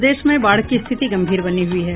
प्रदेश में बाढ़ की स्थिति गंभीर बनी हुई है